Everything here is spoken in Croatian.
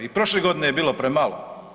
I prošle godine je bilo premalo.